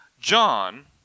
John